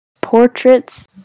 portraits